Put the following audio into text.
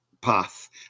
path